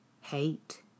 hate